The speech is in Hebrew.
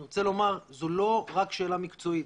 אני רוצה לומר זו לא רק שאלה מקצועית,